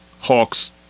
Hawks